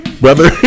Brother